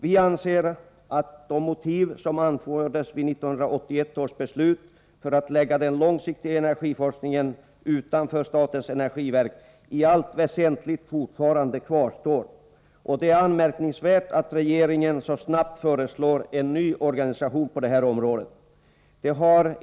Vi anser att de motiv som anfördes vid 1981 års beslut, för att lägga den långsiktiga energiforskningen utanför statens energiverk, i allt väsentligt fortfarande kvarstår. Det är anmärkningsvärt att regeringen så snabbt föreslår en ny organisation på detta område.